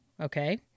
okay